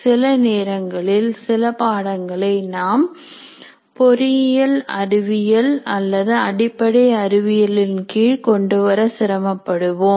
சில நேரங்களில் சில பாடங்களை நாம் பொறியியல் அறிவியல் அல்லது அடிப்படை அறிவியலில் கீழ் கொண்டுவர சிரமப்படுவோம்